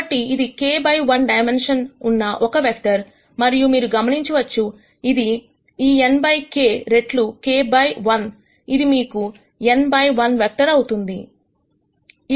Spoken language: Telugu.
కాబట్టి ఇది k బై 1 డైమెన్షన్ ఉన్న ఒక వెక్టర్ మరియు మీరు గమనించవచ్చు అది ఈ n బై k రెట్లు k బై 1 ఇది మీకు n బై 1 వెక్టర్ అవుతుంది